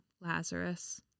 Lazarus